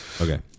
Okay